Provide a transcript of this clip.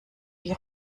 die